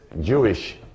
Jewish